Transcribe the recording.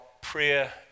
prayer